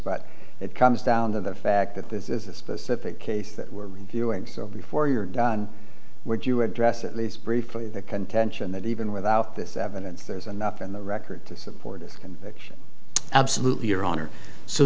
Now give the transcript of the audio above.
but it comes down to the fact that this is a specific case that we're doing so before you're done where do you address at least briefly the contention that even without this evidence there's enough in the record to support a conviction absolutely your honor so